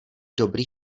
dobrý